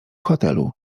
hotelu